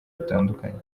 bitandukanye